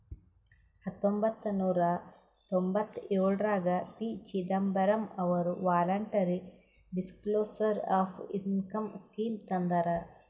ಹತೊಂಬತ್ತ ನೂರಾ ತೊಂಭತ್ತಯೋಳ್ರಾಗ ಪಿ.ಚಿದಂಬರಂ ಅವರು voluntary disclosure of income scheme ತಂದಾರ